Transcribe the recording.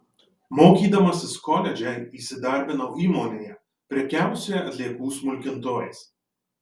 mokydamasis koledže įsidarbinau įmonėje prekiavusioje atliekų smulkintuvais